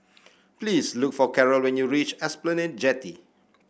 please look for Carrol when you reach Esplanade Jetty